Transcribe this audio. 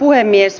puhemies